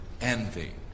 envy